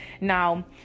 Now